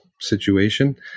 situation